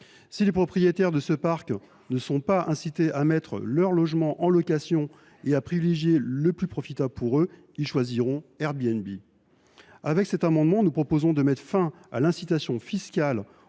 Si les propriétaires de ce parc ne sont pas incités à mettre leur logement en location et à privilégier le plus profitable pour eux, ils choisiront Airbnb. Avec cet amendement, nous proposons de mettre fin à l’incitation fiscale